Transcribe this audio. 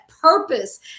purpose